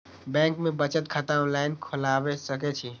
Bank में बचत खाता ऑनलाईन खोलबाए सके छी?